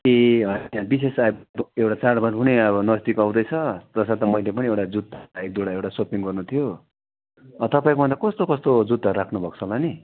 ए होइन विशेष अब एउटा चाडबाड पनि अब नजदिक आउँदैछ त्यसर्थ मैले पनि एउटा जुत्ता एक दुईवटा एउटा सपिङ गर्नु थियो तपाईँकोमा त कस्तो कस्तो जुत्ताहरू राख्नु भएको छ होला नि